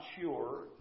sure